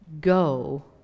go